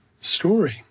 story